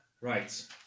right